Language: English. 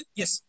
yes